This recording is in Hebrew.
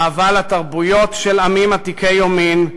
אהבה לתרבויות של עמים עתיקי יומין,